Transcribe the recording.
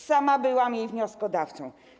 Sama byłam jej wnioskodawcą.